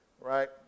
Right